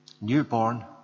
newborn